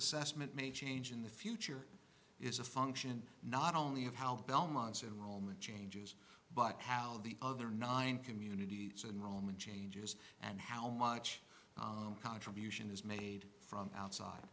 assessment may change in the future is a function not only of how belmont's enrollment changes but how the other nine communities and roman changes and how much contribution is made from outside